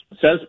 says